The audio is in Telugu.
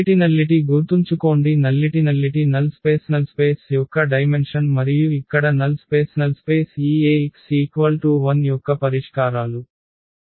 నల్లిటి గుర్తుంచుకోండి నల్లిటి నల్ స్పేస్ యొక్క డైమెన్షన్ మరియు ఇక్కడ నల్ స్పేస్ ఈ Ax 0 యొక్క పరిష్కారాలు